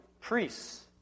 priests